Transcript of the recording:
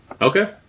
Okay